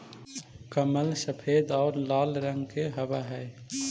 कमल सफेद और लाल रंग के हवअ हई